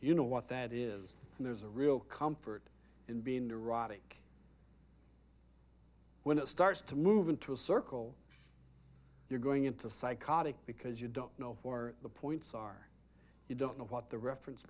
you know what that is and there's a real comfort in being neurotic when it starts to move into a circle you're going into psychotic because you don't know or the points are you don't know what the reference